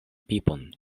pipon